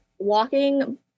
walking